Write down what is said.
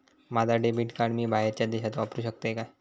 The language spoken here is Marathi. माझा डेबिट कार्ड मी बाहेरच्या देशात वापरू शकतय काय?